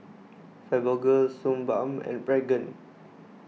Fibogel Suu Balm and Pregain